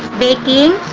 baking